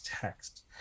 text